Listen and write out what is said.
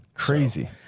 Crazy